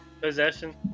Possession